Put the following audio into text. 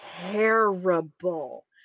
terrible